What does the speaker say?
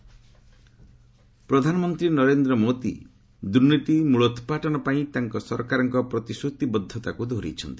PM ପ୍ରଧାନମନ୍ତ୍ରୀ ନରେନ୍ଦ୍ର ମୋଦି ଦୁର୍ନୀତି ମୂଳୋତ୍ପାଟନ ପାଇଁ ତାଙ୍କ ସରକାରଙ୍କ ପ୍ରତିଶ୍ରତିବଦ୍ଧତାକୁ ଦୋହରାଇଛନ୍ତି